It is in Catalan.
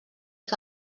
que